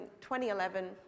2011